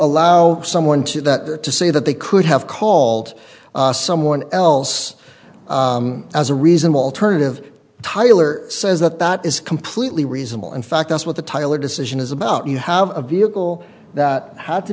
allow someone to that to say that they could have called someone else as a reason why alternative tyler says that that is completely reasonable in fact that's what the tiler decision is about you have a vehicle that had to